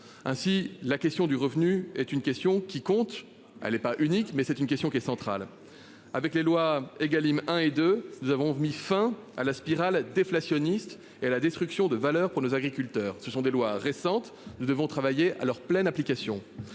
ainsi la question du revenu est une question qui compte. Elle est pas unique mais c'est une question qui est central avec les loi Egalim hein. Et de nous avons mis fin à la spirale déflationniste et la destruction de valeur pour nos agriculteurs, ce sont des lois récentes nous devons travailler à leur pleine application